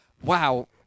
Wow